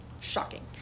shocking